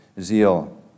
zeal